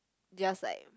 just like